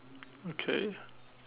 okay